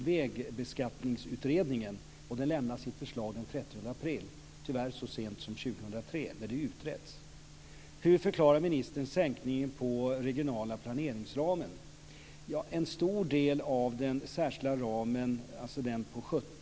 Vägbeskattningsutredningen lämnar sitt förslag den 30 april, tyvärr så sent som 2003, när detta har utretts. Hur förklarar ministern sänkningen på den regionala planeringsramen?